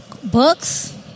Books